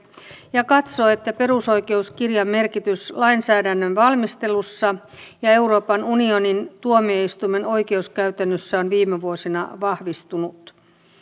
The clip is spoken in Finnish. ja katsoo että perusoikeuskirjan merkitys lainsäädännön valmistelussa ja euroopan unionin tuomioistuimen oikeuskäytännössä on viime vuosina vahvistunut